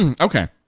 okay